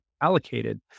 allocated